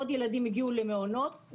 עוד ילדים הגיעו למעונות,